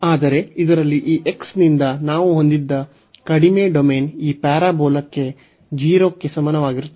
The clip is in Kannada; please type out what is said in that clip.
ಆದರೆ ಇದರಲ್ಲಿ ಈ x ನಿಂದ ನಾವು ಹೊಂದಿದ್ದ ಕಡಿಮೆ ಡೊಮೇನ್ ಈ ಪ್ಯಾರಾಬೋಲಾಕ್ಕೆ 0 ಕ್ಕೆ ಸಮನಾಗಿರುತ್ತದೆ